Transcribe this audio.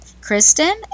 Kristen